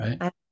Right